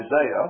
Isaiah